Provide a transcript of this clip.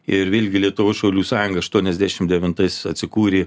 ir vėlgi lietuvos šaulių sąjunga aštuoniasdešimt denvintaisiais atsikūrė